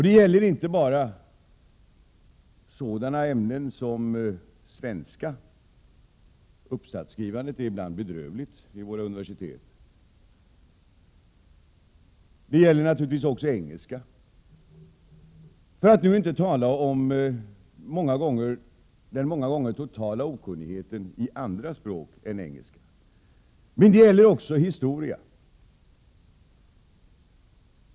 Det gäller inte bara ett sådant ämne som svenska — uppsatsskrivandet är ibland bedrövligt vid våra universitet — utan även engelska, för att inte tala om den många gånger totala okunnigheten i andra språk än engelska. Men det gäller också historia.